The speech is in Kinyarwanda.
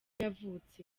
yavutse